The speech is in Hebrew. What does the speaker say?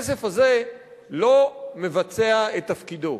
הכסף הזה לא מבצע את תפקידו.